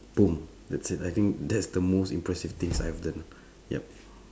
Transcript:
boom that's it I think that's the most impressive things I have learned yup